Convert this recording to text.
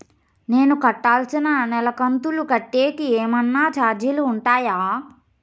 నేను కట్టాల్సిన నెల కంతులు కట్టేకి ఏమన్నా చార్జీలు ఉంటాయా?